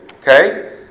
okay